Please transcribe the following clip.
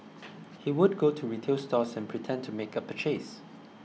he would go to retail stores and pretend to make a purchase